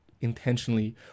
intentionally